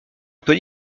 peut